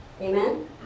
Amen